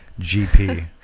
GP